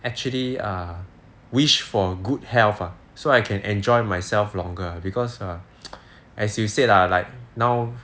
actually err wish for good health ah so I can enjoy myself longer because err as you said lah like now